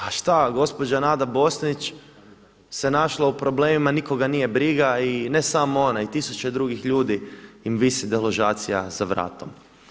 A šta, gospođa Nada Bosnić se našla u problemima, nikoga nije briga i ne samo ona i tisuće drugih ljudi im visi deložacija za vratom.